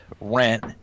rent